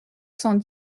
cent